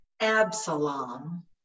Absalom